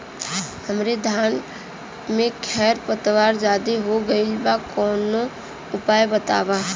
हमरे धान में खर पतवार ज्यादे हो गइल बा कवनो उपाय बतावा?